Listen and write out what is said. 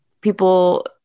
people